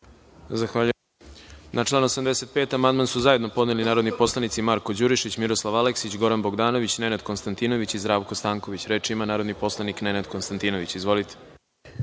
reč? (Ne.)Na član 91. amandman su zajedno podneli narodni poslanici Marko Đurišić, Miroslav Aleksić, Goran Bogdanović, Nenad Konstantinović i Zdravko Stanković. Reč ima narodni poslanik Nenad Konstantinović. **Nenad